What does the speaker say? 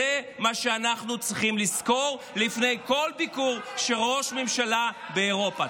זה מה שאנחנו צריכים לזכור לפני כל ביקור של ראש ממשלה באירופה.